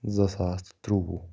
زٕ ساس تہٕ ترٛوٚوُہ